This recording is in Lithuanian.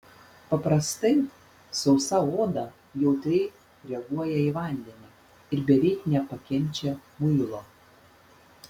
paprastai sausa oda jautriai reaguoja į vandenį ir beveik nepakenčia muilo